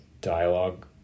dialogue